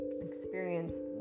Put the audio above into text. experienced